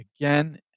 again